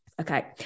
Okay